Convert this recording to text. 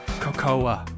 Cocoa